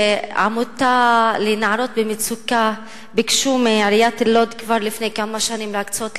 שעמותה לנערות במצוקה ביקשה מעיריית לוד כבר לפני כמה שנים להקצות להם,